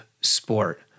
sport